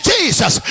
Jesus